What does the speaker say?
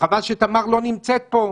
וחבל שתמר לא נמצאת פה.